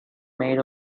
made